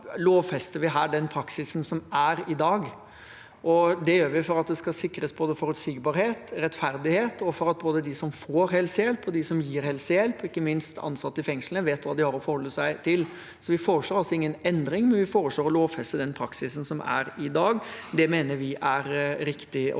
så lovfester vi her den praksisen som er i dag. Det gjør vi for at det skal sikres forutsigbarhet og rettferdighet, og for at både de som får helsehjelp, og de som gir helsehjelp, og ikke minst ansatte i fengslene, vet hva de har å forholde seg til. Vi foreslår altså ingen endring, men vi foreslår å lovfeste den praksisen som er i dag. Det mener vi er riktig å gjøre.